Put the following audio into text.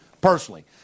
personally